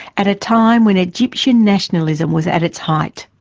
at a time when egyptian nationalism was at its height.